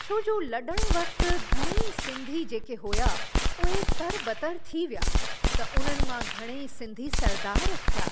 छोजो लॾण वक़्ति घणेई सिंधी जेके हुया उहे तरबतरु थी वियां त उन्हनि मां घणेई सिंधी सरदार थिया